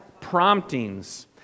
promptings